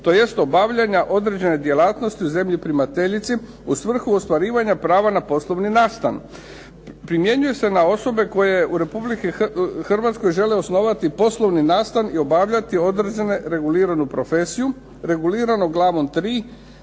tj. obavljanja određene djelatnosti u zemlji primateljici u svrhu ostvarivanja prava na poslovni nastan. Primjenjuje se na osobe koje u Republici Hrvatskoj žele osnovati poslovni nastan i obavljati određenu reguliranu profesiju, regulirano glavom 3.